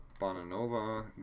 Bonanova